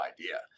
idea